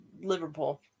Liverpool